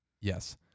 Yes